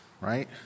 right